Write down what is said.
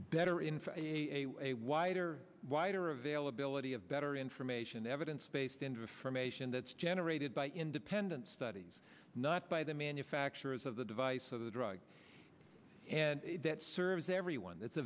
better in for a a wider wider availability of better information evidence based interest from ation that's generated by independent studies not by the manufacturers of the device of the drug and that serves everyone that's